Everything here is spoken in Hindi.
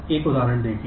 एक उदाहरण देखिए